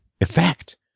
effect